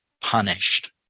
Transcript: punished